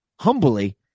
humbly